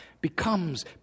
becomes